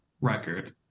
record